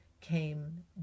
came